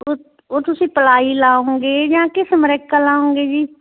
ਉਹ ਉਹ ਤੁਸੀਂ ਪਲਾਈ ਲਾਓਗੇ ਜਾਂ ਕੀ ਸਮਰੈਕਾਂ ਲਾਓਗੇ ਜੀ